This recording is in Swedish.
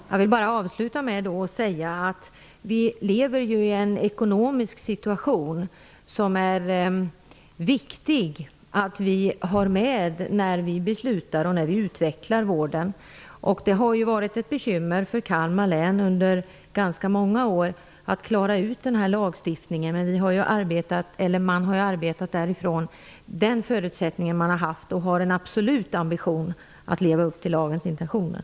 Herr talman! Jag vill bara avsluta med att säga att det är viktigt att ha med den ekonomiska situation som vi lever i när vi beslutar om och utvecklar vården. Det har under ganska många år varit ett bekymmer för Kalmar län att klara den här lagstiftningen. Men man har arbetat utifrån den förutsättning man har haft och har en absolut ambition att leva upp till lagens intentioner.